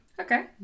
Okay